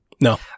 No